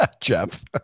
Jeff